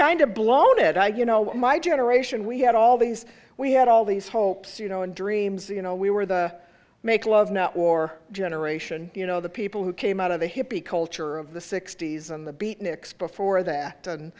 kind of blown it i you know what my generation we had all these we had all these hopes you know and dreams you know we were the make love not war generation you know the people who came out of the hippie culture of the sixty's and the beatniks before that